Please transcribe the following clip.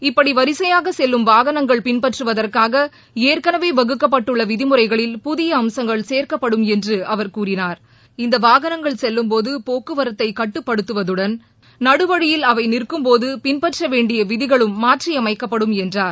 இப்படி வரிசையாக செல்லும் வாகனங்கள் பின்பற்றுவதற்காக ஏற்களவே வகுக்கப்பட்டுள்ள விதிமுறைகளில் புதிய அம்சங்கள் சேர்க்கப்படும் என்று அவர் கூறினார் இந்த வாகனங்கள் செல்லும் போது போக்குவரத்தை கட்டுப்படுத்துவதுடன் நடு வழியில் அவை நிற்கும் போது பின்பற்றவேண்டிய விதிகளும் மாற்றி அமைக்கப்படும் என்றார்